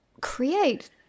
create